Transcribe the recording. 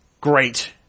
great